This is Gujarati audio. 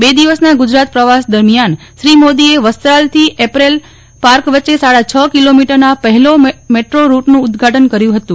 બે દિવસના ગુજરાત પ્રવાસ દરમ્યાન શ્રી મોદીએ વસ્ત્રાલથી એપેરલ પાર્ક વચ્ચે સાડા છ કિલોમીટરના પહેલો મેટ્રો રૂટનું ઉદઘાટન કર્યું હતું